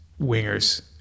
wingers